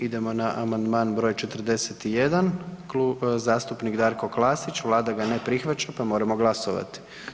Idemo na amandman br. 41 zastupnik Darko Klasić, Vlada ne prihvaća pa moramo glasovati.